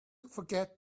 forget